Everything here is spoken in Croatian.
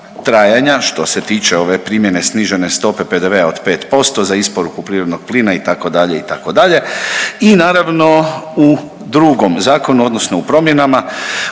što se tiče ove primjene snižene stope PDV-a od 5% za isporuku prirodnog plina itd., itd. i naravno u drugom zakonu odnosno u promjenama